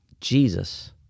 Jesus